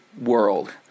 world